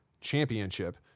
championship